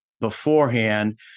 beforehand